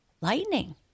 Lightning